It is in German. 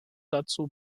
dazu